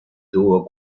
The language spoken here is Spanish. tuvo